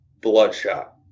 bloodshot